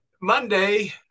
Monday